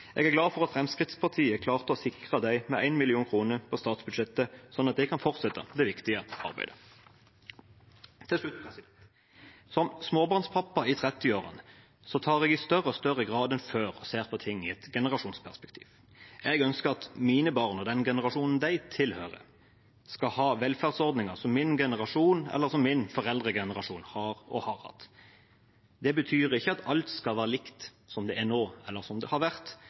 Jeg er glad for at Fremskrittspartiet klarte å sikre dem med 1 mill. kr på statsbudsjettet, sånn at de kan fortsette det viktige arbeidet. Til slutt: Som småbarnspappa i 30-årene ser jeg i større og større grad enn før på ting i et generasjonsperspektiv. Jeg ønsker at mine barn og den generasjonen de tilhører, skal ha velferdsordninger som min generasjon eller som min foreldregenerasjon har og har hatt. Det betyr ikke at alt skal være likt som det er nå, eller som det har vært,